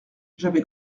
j’avais